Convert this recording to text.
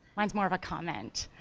mine's more of a comment.